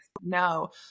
no